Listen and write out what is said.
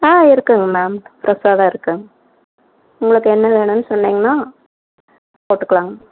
ஆ இருக்குங்க மேம் பிரெஷ்ஷாக தான் இருக்குங்க உங்களுக்கு என்ன வேணும்ன்னு சொன்னிங்ன்னா போட்டுக்லாங்க